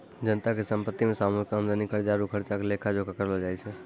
जनता के संपत्ति मे सामूहिक आमदनी, कर्जा आरु खर्चा के लेखा जोखा करलो जाय छै